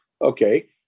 Okay